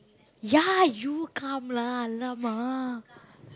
ya you come lah !alamak!